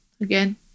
again